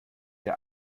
der